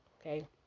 okay